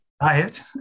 diet